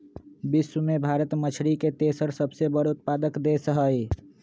विश्व में भारत मछरी के तेसर सबसे बड़ उत्पादक देश हई